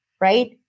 right